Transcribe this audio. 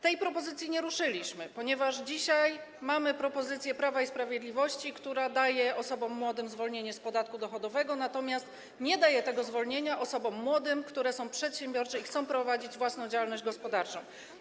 Tej propozycji nie ruszyliśmy, ponieważ dzisiaj mamy propozycję Prawa i Sprawiedliwości, która daje osobom młodym zwolnienie z podatku dochodowego, natomiast nie daje tego zwolnienia osobom młodym, które są przedsiębiorcze i chcą prowadzić własną działalność gospodarczą.